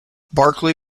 barkley